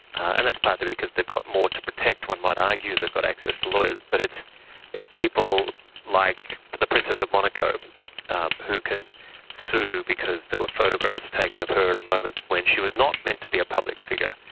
and that's partly because they've got more to protect, one might argue they've got access to lawyers, but it's it's people like the princess of monaco who can sue because there were photographs taken of her at a moment when she was not meant to be a public figure.